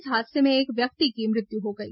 इस हादसे में एक व्यक्ति की मृत्यु हो गई